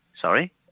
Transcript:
Sorry